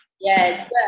Yes